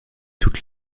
toute